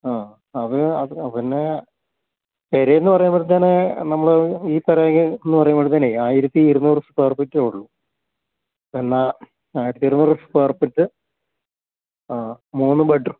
ആ അത് അത് പിന്നെ പെര എന്ന് പറയുമ്പോഴത്തേന് നമ്മൾ ഈ പെരെയ്ക്ക് എന്ന് പറയുമ്പോഴത്തേന് ആയിരത്തി ഇരുന്നൂറ് സ്ക്വയർ ഫീറ്റെ ഉള്ളു പിന്നെ ആയിരത്തി ഇരുന്നൂറ് സ്ക്വയർ ഫീറ്റ് മൂന്ന് ബെഡ്റൂം